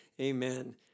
Amen